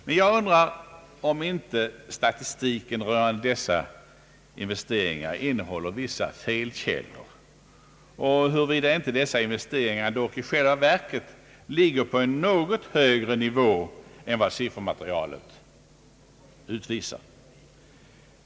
Men jag undrar om inte statistiken rörande dessa investeringar innehåller vissa felkällor och om inte dessa investeringar i själva verket ligger på en något högre nivå än vad siffermaterialet utvisar.